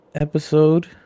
episode